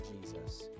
Jesus